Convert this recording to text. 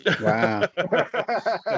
Wow